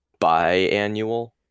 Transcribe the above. biannual